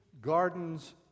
gardens